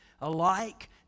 alike